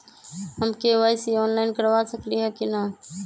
हम KYC online करवा सकली ह कि न?